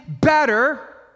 better